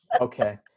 Okay